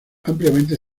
ampliamente